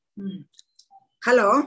Hello